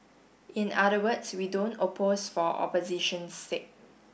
in other words we don't oppose for opposition's sake